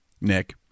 Nick